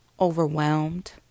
overwhelmed